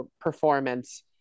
performance